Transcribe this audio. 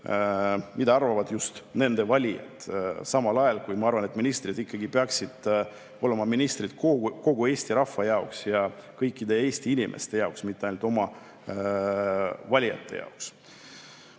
mida arvavad just nende valijad, samal ajal kui, ma arvan, ministrid ikkagi peaksid olema ministrid kogu Eesti rahva jaoks ja kõikide Eesti inimeste jaoks, mitte ainult oma valijate jaoks. Ma